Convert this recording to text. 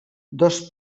dos